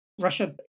Russia